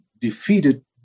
defeated